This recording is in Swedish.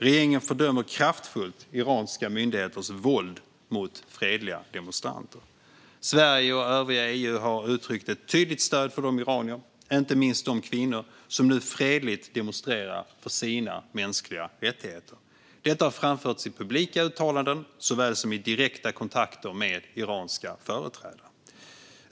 Regeringen fördömer kraftfullt iranska myndigheters våld mot fredliga demonstranter. Sverige och övriga EU har uttryckt ett tydligt stöd för de iranier och inte minst de kvinnor som nu fredligt demonstrerar för sina mänskliga rättigheter. Detta har framförts i publika uttalanden såväl som i direkta kontakter med iranska företrädare.